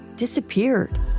disappeared